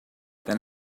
then